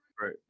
Right